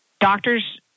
doctors